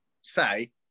say